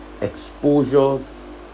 exposures